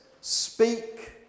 Speak